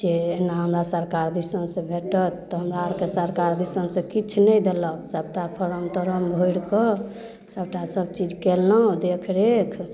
जे एना हमरा सरकर दिससँ भेटत तऽ हमरा आओरके सरकार दिससँ किछु नहि देलक सबटा फार्म तार्म भरिकऽ सबटा सबचीज केलहुँ देखरेख